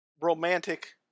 romantic